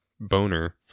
boner